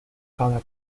colour